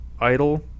idle